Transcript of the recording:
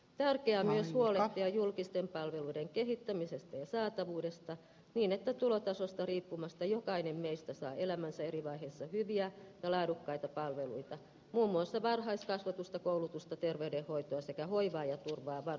tärkeää huolehtia julkisten palveluiden kehittämisestä ja saatavuudesta niin että tulotasosta riippumatta jokainen meistä saa elämänsä eri vaiheissa hyviä ja laadukkaita palveluita muun muassa varhaiskasvatusta koulutusta terveydenhoitoa sekä hoivaa ja turvaavan